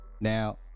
Now